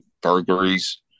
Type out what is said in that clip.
burglaries